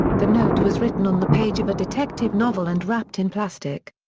the note was written on the page of a detective novel and wrapped in plastic.